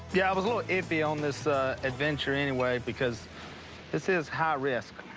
yeah, i was a little iffy on this adventure anyway because this is high risk.